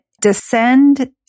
descend